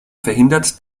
verhindert